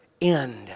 end